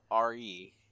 RE